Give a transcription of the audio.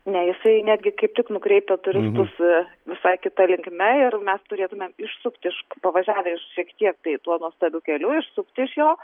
ne jisai netgi kaip tik nukreipia turistus visai kita linkme ir mes turėtumėm išsukt iš pavažiavę šiek tiek tai tuo nuostabiu keliu išsukti iš jo